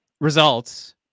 results